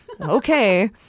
Okay